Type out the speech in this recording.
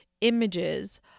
images